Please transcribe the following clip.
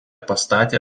pastatė